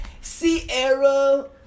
Sierra